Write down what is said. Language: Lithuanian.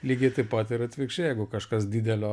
lygiai taip pat ir atvirkščiai jeigu kažkas didelio